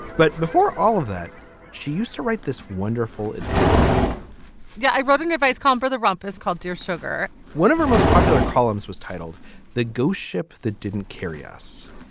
but before all of that she used to write this wonderful advice column yeah i wrote in the advice column for the rumpus called dear sugar one of our most popular columns was titled the ghost ship that didn't carry us.